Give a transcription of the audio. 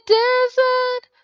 desert